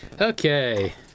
Okay